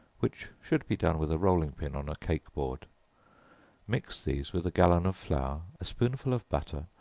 which should be done with a rolling-pin on a cake-board mix these with a gallon of flour, a spoonful of butter,